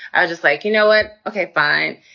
i was just like, you know what? okay, fine.